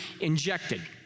injected